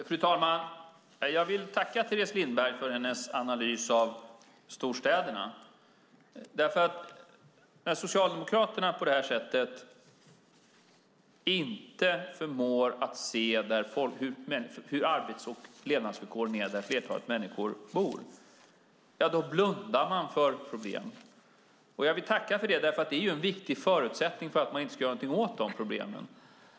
Fru talman! Jag vill tacka Teres Lindberg för hennes analys av storstäderna. När Socialdemokraterna på detta sätt inte förmår att se hur arbets och levnadsvillkoren är där flertalet människor bor blundar de för problem. Jag vill tacka för det därför att det är en viktig förutsättning för att man inte ska göra någonting åt dessa problem.